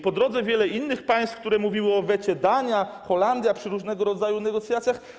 Po drodze wiele innych państw, które mówiły o wecie - Dania, Holandia przy różnego rodzaju negocjacjach.